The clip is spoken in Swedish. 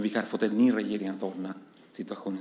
Vi har fått en ny regering som ska ordna situationen.